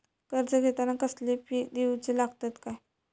कर्ज घेताना कसले फी दिऊचे लागतत काय?